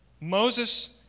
Moses